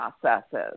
processes